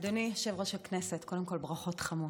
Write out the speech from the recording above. אדוני יושב-ראש הכנסת, קודם כול, ברכות חמות.